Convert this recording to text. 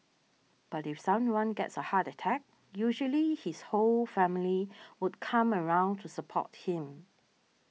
but if someone gets a heart attack usually his whole family would come around to support him